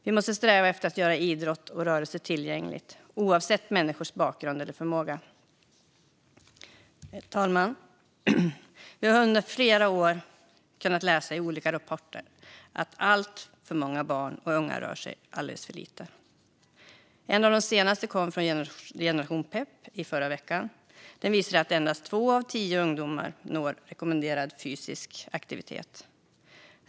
Vi måste sträva efter att göra idrott och rörelse tillgängligt, oavsett människors bakgrund eller förmåga. Fru talman! Vi har under flera år kunnat läsa i olika rapporter att alltför många barn och unga rör sig för lite. En av de senaste kom från Generation PEP i förra veckan och visar att endast två av tio ungdomar når rekommenderad fysisk aktivitet.